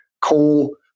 Coal